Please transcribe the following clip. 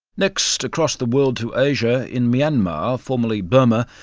next, across the world to asia in myanmar, formerly burma,